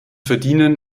verdienen